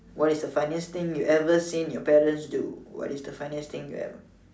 what is the funniest thing you ever seen your parents do what is the funniest thing you ever